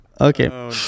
Okay